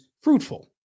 fruitful